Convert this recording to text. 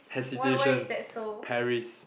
why why is that so